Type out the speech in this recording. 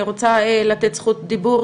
אני רוצה לתת זכות דיבור,